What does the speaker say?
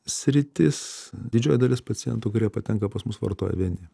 sritis didžioji dalis pacientų kurie patenka pas mus vartoja vieni